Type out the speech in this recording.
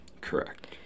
Correct